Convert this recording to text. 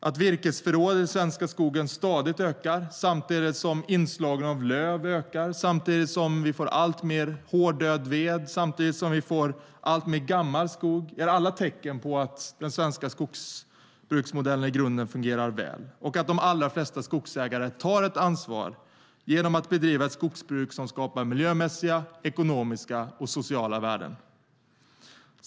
Att virkesförrådet i den svenska skogen stadigt ökar samtidigt som inslag av löv ökar, samtidigt som vi får alltmer hård död ved och alltmer gammal skog. De är alla tecken på att den svenska skogbruksmodellen i grunden fungerar väl och att de allra flesta skogsägare tar ett ansvar genom att bedriva skogsbruk som skapar miljömässiga, sociala och ekonomiska värden.